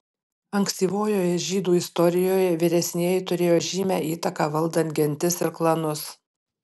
ankstyvojoje žydų istorijoje vyresnieji turėjo žymią įtaką valdant gentis ir klanus